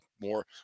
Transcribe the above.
more